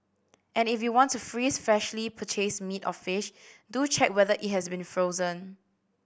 and if you want to freeze freshly purchased meat or fish do check whether it has been frozen